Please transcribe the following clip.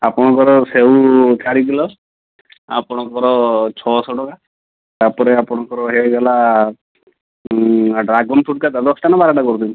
ଆପଣଙ୍କର ସେଉ ଚାରି କିଲୋ ଆପଣଙ୍କର ଛଅଶହ ଟଙ୍କା ତାପରେ ଆପଣଙ୍କର ହେଇଗଲା ଡ୍ରାଗନ୍ ଫ୍ରୁଟ୍ କେତେ ଦଶଟା ନା ବାରଟା କହୁଛନ୍ତି